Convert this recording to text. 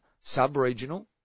sub-regional